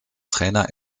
trainer